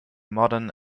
modern